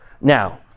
Now